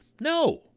No